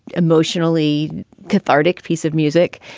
emotionally cathartic piece of music.